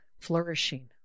flourishing